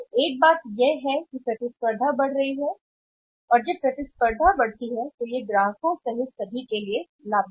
तो एक बात यह है कि प्रतिस्पर्धा बढ़ गई है और जब प्रतिस्पर्धा बढ़ गई है ग्राहकों सहित सभी में लाभ